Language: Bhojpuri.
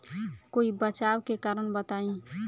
कोई बचाव के कारण बताई?